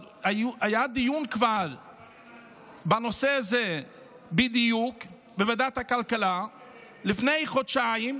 אבל כבר היה דיון בנושא הזה בדיוק בוועדת הכלכלה לפני חודשיים.